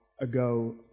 ago